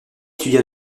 étudia